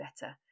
better